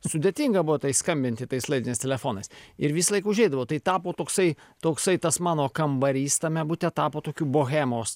sudėtinga buvo tai skambinti tais laidiniais telefonais ir visąlaik užeidavo tai tapo toksai toksai tas mano kambarys tame bute tapo tokiu bohemos